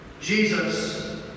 Jesus